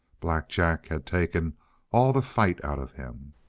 black jack had taken all the fight out of him.